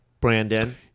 Brandon